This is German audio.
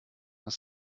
was